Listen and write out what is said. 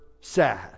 sad